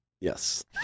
Yes